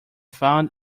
found